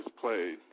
played